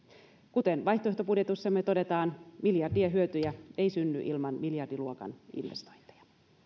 kuten vaihtoehtobudjetissamme todetaan miljardien hyötyjä ei synny ilman miljardiluokan investointeja